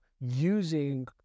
using